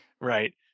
right